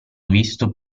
visto